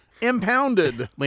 impounded